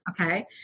okay